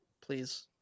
please